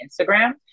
Instagram